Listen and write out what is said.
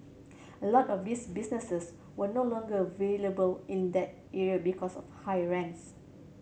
a lot of these businesses were no longer viable in that area because of high rents